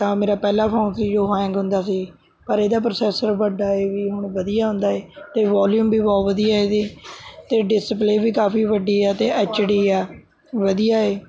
ਤਾਂ ਮੇਰਾ ਪਹਿਲਾ ਫੋਨ ਸੀ ਜੋ ਹੈਂਗ ਹੁੰਦਾ ਸੀ ਪਰ ਇਹਦਾ ਪ੍ਰੋਸੈਸਰ ਵੱਡਾ ਹੈ ਵੀ ਹੁਣ ਵਧੀਆ ਆਉਂਦਾ ਹੈ ਅਤੇ ਵੋਲੀਅਮ ਵੀ ਬਹੁਤ ਵਧੀਆ ਇਹਦੀ ਅਤੇ ਡਿਸਪਲੇਅ ਵੀ ਕਾਫ਼ੀ ਵੱਡੀ ਹੈ ਅਤੇ ਐੱਚ ਡੀ ਆ ਵਧੀਆ ਹੈ